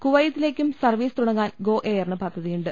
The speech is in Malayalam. കുവൈത്തിലേക്കും സർവ്വീസ് തുടങ്ങാൻ ഗോ എയറിന് പദ്ധതിയുണ്ട്